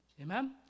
amen